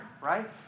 right